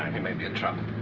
he may be in trouble.